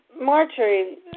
Marjorie